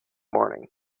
morning